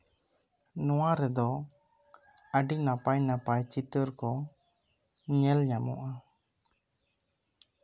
ᱱᱚᱶᱟ ᱨᱮᱫᱚ ᱟᱹᱰᱤ ᱱᱟᱯᱟᱭᱼᱱᱟᱯᱟᱭ ᱪᱤᱛᱟᱹᱨ ᱠᱚ ᱧᱮᱞ ᱧᱟᱢᱚᱜᱼᱟ